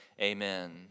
amen